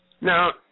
Now